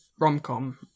rom-com